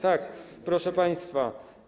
Tak, proszę państwa.